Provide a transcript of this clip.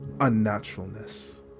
unnaturalness